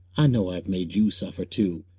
i know i've made you suffer, too,